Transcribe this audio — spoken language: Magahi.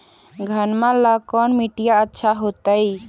घनमा ला कौन मिट्टियां अच्छा होतई?